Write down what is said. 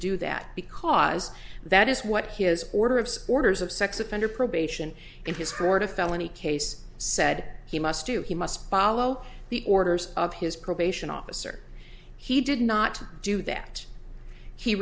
do that because that is what his order of supporters of sex offender probation in his court a felony case said he must do he must follow the orders of his probation officer he did not do that he